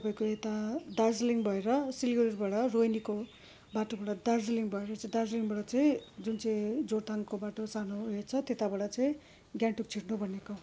तपाईँको यता दार्जिलिङ भएर सिलगढीबाट रोहिनीको बाटोबाट दार्जिलिङ भएर चाहिँ दार्जिलिङबाट चाहिँ जुन चाहिँ जोरथाङको बाटो सानो उयो छ त्यताबाट चाहिँ गान्तोक छिर्नु भनेको